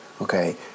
Okay